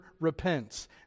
repents